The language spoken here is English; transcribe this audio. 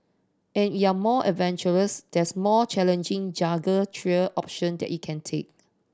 and you're more adventurous there's a more challenging jungle trail option that it can take